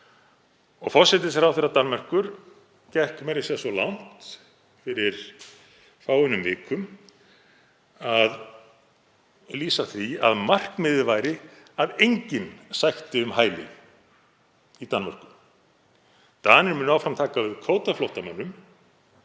Forsætisráðherra Danmerkur gekk meira að segja svo langt fyrir fáeinum vikum að lýsa því að markmiðið væri að enginn sækti um hæli í Danmörku. Danir munu áfram taka við kvótaflóttamönnum